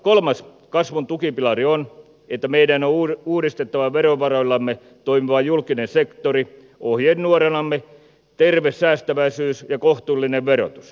kolmas kasvun tukipilari on että meidän on uudistettava verovaroillamme toimiva julkinen sektori ohjenuoranamme terve säästäväisyys ja kohtuullinen verotus